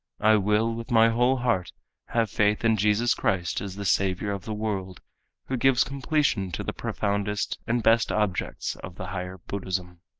i will with my whole heart have faith in jesus christ as the saviour of the world who gives completion to the profoundest and best objects of the higher buddhism.